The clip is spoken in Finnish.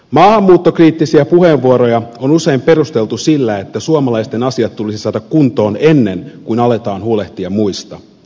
maahanmuuttokriittisiä puheenvuoroja on usein perusteltu sillä että suomalaisten asiat tulisi saada kuntoon ennen kuin aletaan huolehtia muista